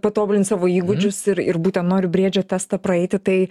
patobulint savo įgūdžius ir ir būtent noriu briedžio testą praeiti tai